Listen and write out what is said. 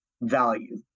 value